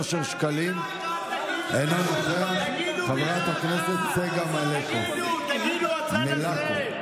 "שמאלנים בוגדים", קראתם לנו, תגידו, הצד הזה.